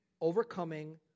overcoming